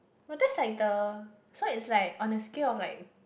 but this is like the so it's like on the scale of like